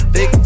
Big